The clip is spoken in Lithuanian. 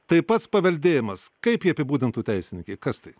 tai pats paveldėjimas kaip jį apibūdintų teisininkai kas tai